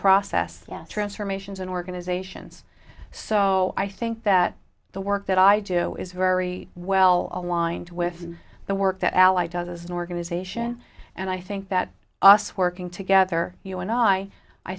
process transformations in organizations so i think that the work that i do is very well aligned with the work that ally does as an organization and i think that us working together you and i i